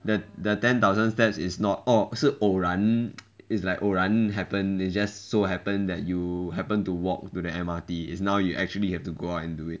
the the ten thousand steps is not orh 是偶然 it's like 偶然 happen it just so happen that you happen to walk to the M R T now you actually have to go out and do it